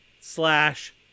slash